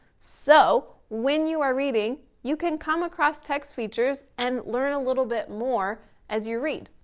so, when you are reading, you can come across text features and learn a little bit more as you read.